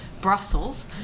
Brussels